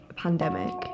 pandemic